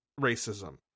racism